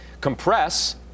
compress